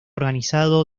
organizado